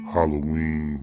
Halloween